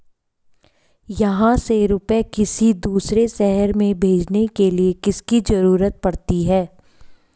यहाँ से रुपये किसी दूसरे शहर में भेजने के लिए किसकी जरूरत पड़ती है?